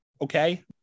Okay